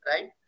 right